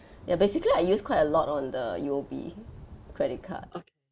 ya basically I use quite a lot on the U_O_B credit card